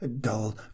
dull